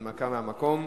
הנמקה מהמקום.